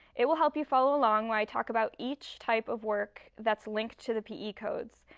it will help you follow along when i talk about each type of work that's linked to the pe codes.